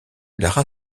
lara